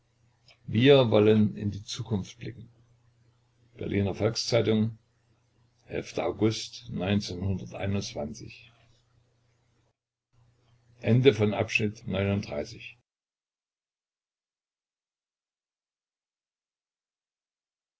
wir wollen in die zukunft blicken berliner volks-zeitung august